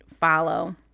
follow